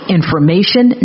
Information